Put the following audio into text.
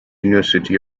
university